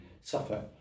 suffer